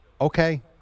Okay